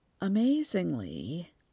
Amazingly